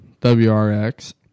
WRX